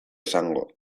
esango